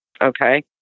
Okay